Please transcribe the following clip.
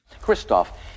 Christoph